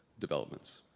developments.